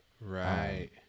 Right